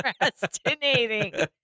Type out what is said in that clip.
procrastinating